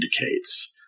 indicates